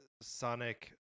Sonic